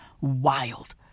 wild